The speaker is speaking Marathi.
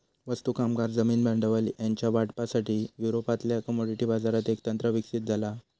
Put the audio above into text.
वस्तू, कामगार, जमीन, भांडवल ह्यांच्या वाटपासाठी, युरोपातल्या कमोडिटी बाजारात एक तंत्र विकसित झाला हा